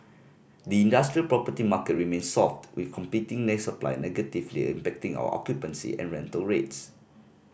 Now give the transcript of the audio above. the industrial property market remains soft with competing supply negatively impacting our occupancy and rental rates